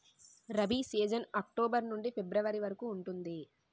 rabi season October నుండి February వరకు ఉంటుంది